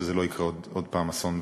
שלא יקרה שוב אסון,